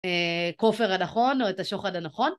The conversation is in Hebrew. כופר הנכון או את השוחד הנכון